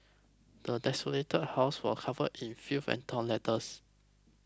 the desolated house was covered in filth and torn letters